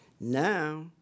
Now